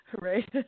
Right